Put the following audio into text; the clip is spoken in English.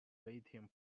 waiting